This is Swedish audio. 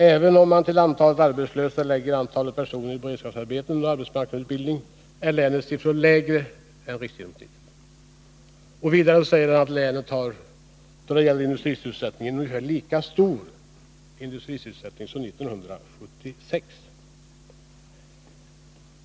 Även om man till antalet arbetslösa lägger antalet personer i beredskapsarbeten och arbetsmarknadsutbildning är länets siffror lägre än riksgenomsnittet.” Vidare säger han att länet i år har ungefär lika stor industrisysselsättning som under 1976.